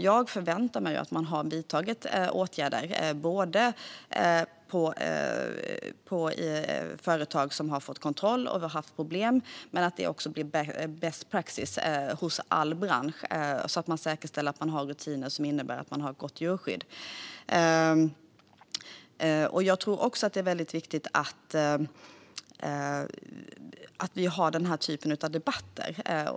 Jag förväntar mig alltså att man har vidtagit åtgärder på de företag som har haft kontroller och haft problem och att det också blir best practice i hela branschen att man säkerställer att man har rutiner som innebär ett gott djurskydd. Jag tror också att det är väldigt viktigt att vi har den här typen av debatter.